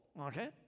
okay